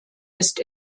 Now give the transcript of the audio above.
ist